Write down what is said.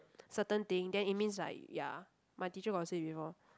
certain thing then it means like ya my teacher got say before